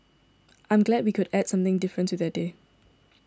I'm glad we could add something different to their day